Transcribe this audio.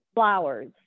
flowers